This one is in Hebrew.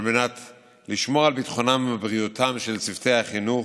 על מנת לשמור על ביטחונם ובריאותם של צוותי החינוך,